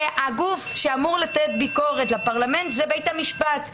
הגוף שאמור לבקר את הפרלמנט הוא בית המשפט,